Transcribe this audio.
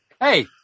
Hey